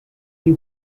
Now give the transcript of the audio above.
you